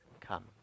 come